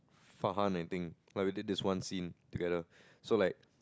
Farhan I think we did this one scene together so like